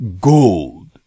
gold